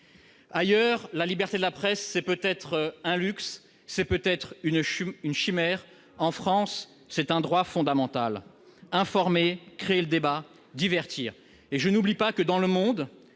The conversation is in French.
Ailleurs, la liberté de la presse est peut-être un luxe ou une chimère. En France, c'est un droit fondamental d'informer, de créer le débat, de divertir. N'oublions pas que, dans le monde,